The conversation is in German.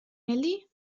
nelly